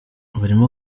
barimo